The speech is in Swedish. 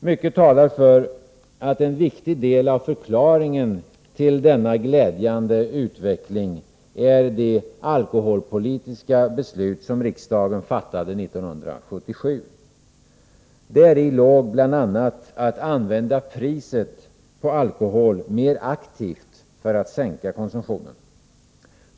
Mycket talar för att en viktig del av förklaringen till denna glädjande utveckling är de alkoholpolitiska beslut som riksdagen fattade 1977. Däri låg bl.a. att använda priset på alkohol mer aktivt för att sänka konsumtionen.